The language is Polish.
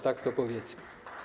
Tak to powiedzmy.